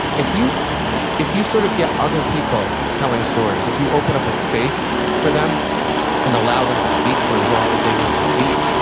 if you if you sort of get other people telling stories, if you open up a space for them and allow them to speak for as long as they need to speak,